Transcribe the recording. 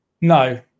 No